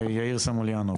יאיר סמוליאנוב.